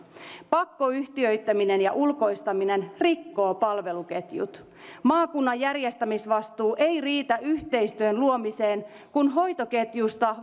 pakkoyhtiöittäminen ja ulkoistaminen rikkoo palveluketjut maakunnan järjestämisvastuu ei riitä yhteistyön luomiseen kun hoitoketjusta